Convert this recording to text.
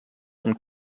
and